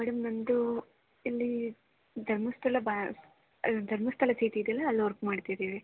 madam ನಮ್ಮದು ಇಲ್ಲಿ ಧರ್ಮಸ್ಥಳ ಬ್ಯಾ ಧರ್ಮಸ್ಥಳ ಇದೆಯಲ್ಲ ಅಲ್ಲಿ ವರ್ಕ್ ಮಾಡ್ತಿದ್ದೀವಿ